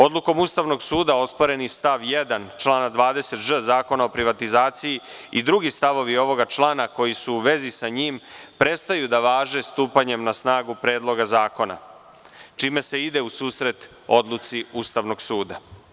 Odlukom Ustavnog suda osporeni stav 1. član 20ž Zakona o privatizaciji i drugi stavovi ovoga člana koji su u vezi sa njim prestaju da važe stupanjem na snagu Predloga zakona, čime se ide u susret odluci Ustavnog suda.